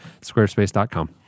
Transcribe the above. Squarespace.com